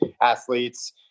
athletes